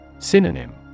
Synonym